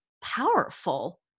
powerful